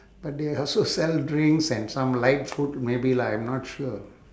but they also sell drinks and some light food maybe lah I'm not sure